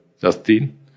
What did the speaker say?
Justin